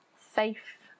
safe